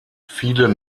viele